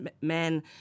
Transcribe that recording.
Men